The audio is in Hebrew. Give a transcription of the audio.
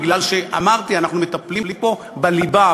בגלל שאמרתי: אנחנו מטפלים פה בליבה,